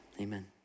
amen